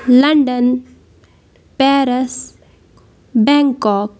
London Paris Bangkok